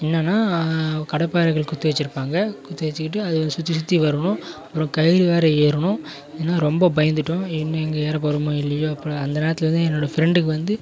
என்னென்னால் கடப்பாறைகள் குத்தி வச்சுருப்பாங்க குத்தி வச்சுக்கிட்டு அதை சுற்றி சுற்றி வருவோம் அப்புறம் கயிறில் வேறு ஏறணும் ஏன்னால் ரொம்ப பயந்துவிட்டோம் இனிமேல் எங்கள் ஏறப்போகிறோமோ இல்லையோ அப்போ அந்த நேரத்தில் வந்து என்னோட ஃப்ரெண்டுக்கு வந்து